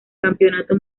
campeonato